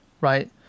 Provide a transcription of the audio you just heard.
right